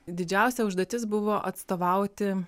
didžiausia užduotis buvo atstovauti